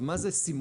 מה זה סימון?